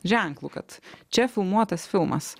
ženklu kad čia filmuotas filmas